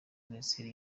minisiteri